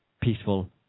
peaceful